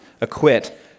acquit